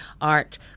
art